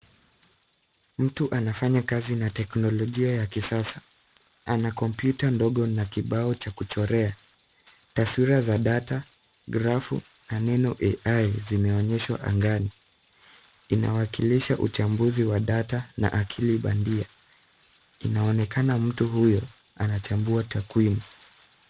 Mtu anafanya kazi na teknolojia ya kisasa ana kompyuta ndogo na kibao cha kuchorea taswira za data, grafu na neno AI zimeonyeshwa angani inawakilisha uchambuzi wa data na akili bandia. Inaonekana mtu huyo anachambua takwimu.